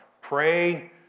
Pray